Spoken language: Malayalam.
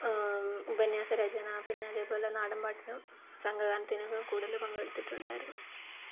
ഉപന്ന്യാസ രചന പിന്നെ അതേപോലെ നാടൻ പാട്ടിനും സംഘഗാനത്തിനൊക്കെ കൂടുതല് പങ്കെടുത്തിട്ടുണ്ടായിരുന്നു